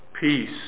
peace